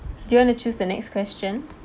do you want to choose the next question